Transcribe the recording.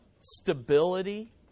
stability